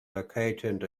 located